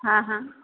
હા હા